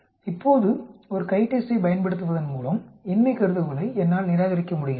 இப்போது ஒரு CHI TEST ஐப் பயன்படுத்துவதன் மூலம் இன்மை கருதுகோளை என்னால் நிராகரிக்க முடிகிறது